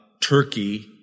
Turkey